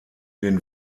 den